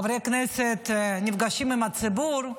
חברי הכנסת נפגשים עם הציבור,